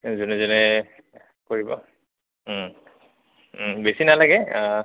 যোনে যোনে কৰিব বেছি নালাগে